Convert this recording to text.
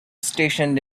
stationed